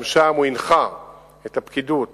גם שם הוא הנחה את הפקידות